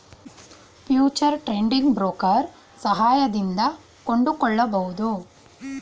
future trading broker ಸಹಾಯದಿಂದ ಕೊಂಡುಕೊಳ್ಳಬಹುದು